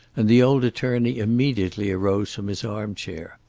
and the old attorney immediately arose from his arm-chair.